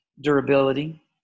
durability